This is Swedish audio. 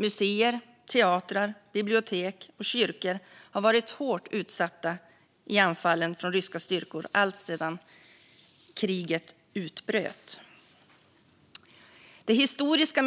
Museer, teatrar, bibliotek och kyrkor har varit hårt utsatta i anfallen från ryska styrkor alltsedan kriget utbröt. Det historiska